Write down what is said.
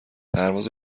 پرواز